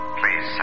please